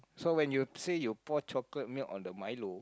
so when you say you pour chocolate milk on the milo